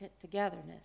togetherness